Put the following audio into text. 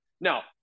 now